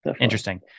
Interesting